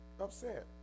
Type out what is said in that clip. upset